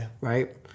right